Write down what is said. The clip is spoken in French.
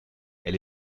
elle